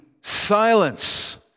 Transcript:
silence